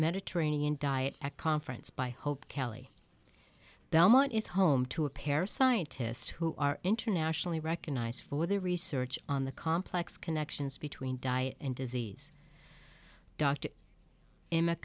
mediterranean diet a conference by hope kelly belmont is home to a pair scientists who are internationally recognized for their research on the complex connections between diet and disease d